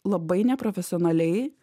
labai neprofesionaliai